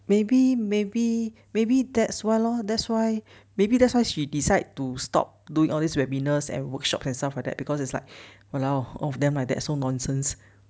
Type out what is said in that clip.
maybe maybe maybe that's why lor that's why maybe that's why she decide to stop doing all these webinars and workshops and stuff like that because it's like !walao! all of them like that so nonsense